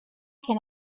can